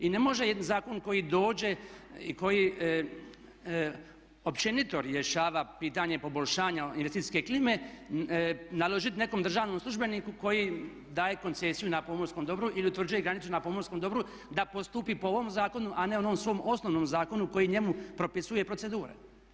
I ne može zakon koji dođe i koji općenito rješava pitanje poboljšanja investicijske klime naložiti nekom državnom službeniku koji daje koncesiju na pomorskom dobru ili utvrđuje granicu na pomorskom dobru da postupi po ovom zakonu a ne onom svom osnovnom zakoni koji njemu propisuje procedure.